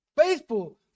Faithful